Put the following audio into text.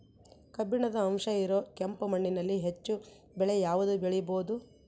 ಕಬ್ಬಿಣದ ಅಂಶ ಇರೋ ಕೆಂಪು ಮಣ್ಣಿನಲ್ಲಿ ಹೆಚ್ಚು ಬೆಳೆ ಯಾವುದು ಬೆಳಿಬೋದು?